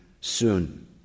soon